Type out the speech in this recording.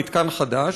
מתקן חדש,